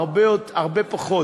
הרבה פחות,